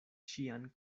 ŝian